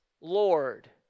Lord